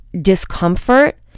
discomfort